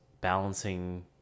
balancing